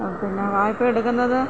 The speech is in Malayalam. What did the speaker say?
പിന്നെ വായ്പ എടുക്കുന്നത്